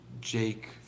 Jake